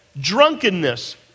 Drunkenness